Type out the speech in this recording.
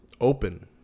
open